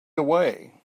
away